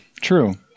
true